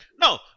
No